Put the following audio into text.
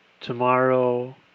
tomorrow